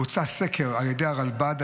בוצע סקר על ידי הרלב"ד,